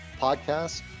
podcast